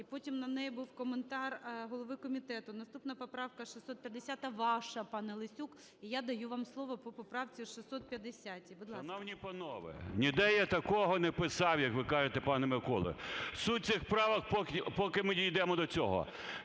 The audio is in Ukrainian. І потім на неї був коментар голови комітету. Наступна поправка – 650-а ваша, пане Лесюк. І я даю вам слово по поправці 650-й. 17:29:18 ЛЕСЮК Я.В. Шановні панове, ніде я такого не писав, як ви кажете, пане Миколо. Суть цих правок, поки ми дійдемо до цього,